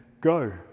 Go